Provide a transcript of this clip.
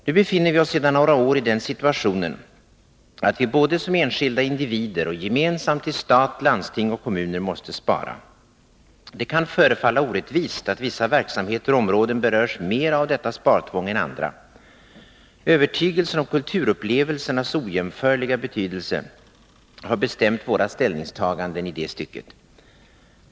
Nu befinner vi oss sedan några år i den situationen att vi både som enskilda individer och gemensamt i stat, landsting och kommuner måste spara. Det kan förefalla orättvist att vissa verksamheter och områden berörs mera av detta spartvång än andra. Övertygelsen om kulturupplevelsernas ojämförliga betydelse har bestämt våra ställningstaganden i det stycket.